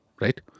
right